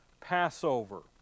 Passover